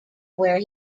where